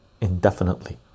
indefinitely